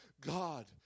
God